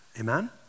Amen